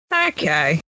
Okay